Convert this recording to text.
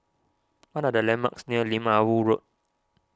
what are the landmarks near Lim Ah Woo Road